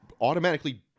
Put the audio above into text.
automatically